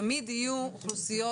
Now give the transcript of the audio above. -- אני בוודאי אשמע עכשיו ביקורת.